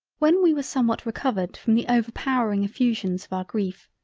when we were somewhat recovered from the overpowering effusions of our grief,